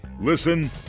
Listen